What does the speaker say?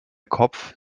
kopf